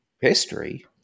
history